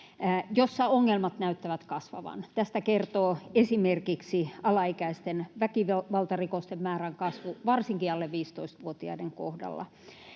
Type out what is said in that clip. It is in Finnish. jossa ongelmat näyttävät kasvavan. Tästä kertoo esimerkiksi alaikäisten väkivaltarikosten määrän kasvu varsinkin alle 15-vuotiaiden kohdalla.